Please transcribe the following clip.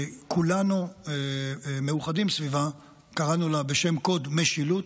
שכולנו מאוחדים סביבה, קראנו לה בשם קוד: משילות.